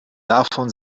davon